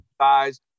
guys